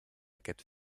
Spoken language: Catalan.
aquest